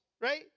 right